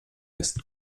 ist